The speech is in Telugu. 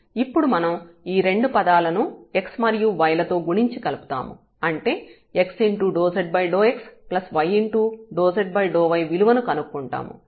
ఇప్పుడు మనం ఈ రెండు పదాలను x మరియు y లతో గుణించి కలుపుతాము అంటే x∂z∂xy∂z∂y విలువను కనుక్కుంటాము